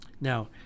Now